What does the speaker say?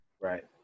Right